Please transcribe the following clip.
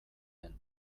den